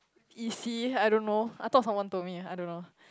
Is he I don't know I thought someone told me I don't know